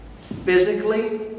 physically